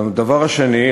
הדבר השני,